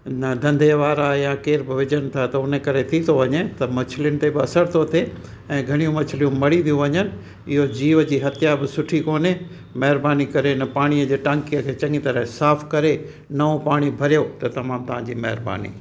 न धंधे वारा यां केरु बि विझनि था त उन करे थी थो वञे त मछिलिन ते बि असर थो थिए ऐं घणियूं मछिलियूं मरी थियूं वञनि इहो जीव जी हत्या बि सुठी कोन्हे महिरबानि करे इन पाणीअ जे टांकीअ खे चङी तरह साफ़ु करे नओं पाणी भरियो त तमामु तव्हांजी महिरबानी